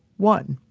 one,